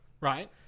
Right